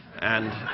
and